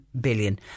billion